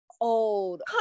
old